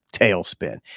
tailspin